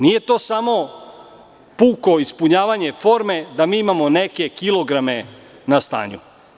Nije to samo puko ispunjavanje forme da mi imamo neke kilograme na stanju.